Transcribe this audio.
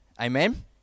Amen